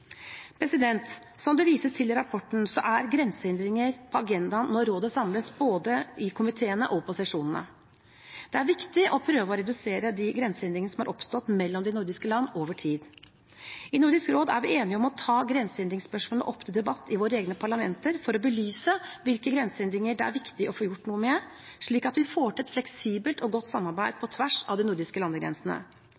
Som det vises til i rapporten, er grensehindringer på agendaen når rådet samles, både i komiteene og på sesjonene. Det er viktig å prøve å redusere de grensehindringene som er oppstått mellom de nordiske land over tid. I Nordisk råd er vi enige om å ta grensehindringsspørsmålet opp til debatt i våre egne parlamenter for å belyse hvilke grensehindringer det er viktig å få gjort noe med, slik at vi får til et fleksibelt og godt samarbeid